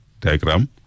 diagram